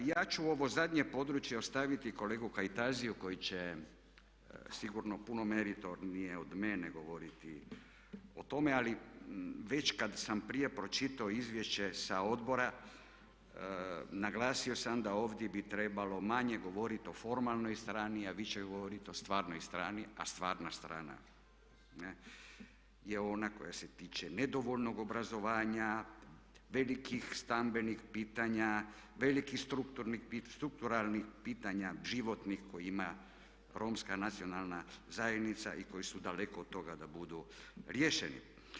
Ja ću ovo zadnje područje ostaviti kolegi Kajtaziju koji će sigurno puno meritornije od mene govoriti o tome, ali već kad sam prije pročitao izvješće sa odbora naglasio sam da ovdje bi trebalo manje govoriti o formalnoj strani, a više govoriti o stvarnoj strani, a stvarna strana je ona koja se tiče nedovoljnog obrazovanja, velikih stambenih pitanja, velikih strukturnih pitanja životnih koje ima romska nacionalna zajednica i koji su daleko od toga da budu riješeni.